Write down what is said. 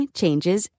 changes